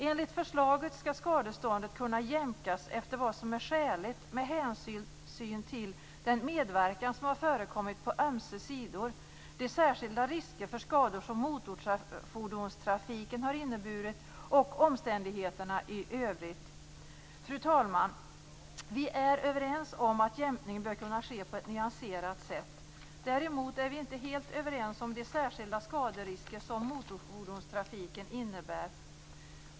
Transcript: Enligt förslaget skall skadeståndet kunna jämkas efter vad som är skäligt med hänsyn till den medverkan som har förekommit på ömse sidor, de särskilda risker för skador som motorfordonstrafiken har inneburit och omständigheterna i övrigt. Fru talman! Vi är överens om att jämkning bör kunna ske på ett nyanserat sätt. Däremot är vi inte helt överens om de särskilda skaderisker som motorfordonstrafiken innebär.